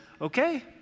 okay